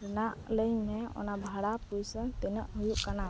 ᱨᱮᱱᱟᱜ ᱞᱟᱹᱭ ᱟᱹᱧᱢᱮ ᱚᱱᱟ ᱵᱷᱟᱲᱟ ᱯᱚᱭᱥᱟ ᱛᱤᱱᱟᱹᱜ ᱦᱩᱭᱩᱜ ᱠᱟᱱᱟ